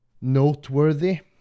noteworthy